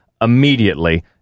Immediately